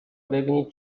ببینید